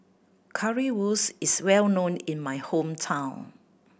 currywurst is well known in my hometown